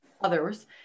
others